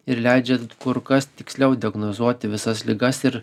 ir leidžia kur kas tiksliau diagnozuoti visas ligas ir